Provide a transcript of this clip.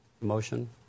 motion